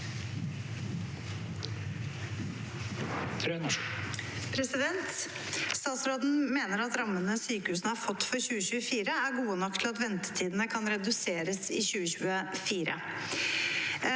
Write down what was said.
«Stats- råden mener at rammene sykehusene har fått for 2024, er gode nok til at ventetidene kan reduseres i 2024.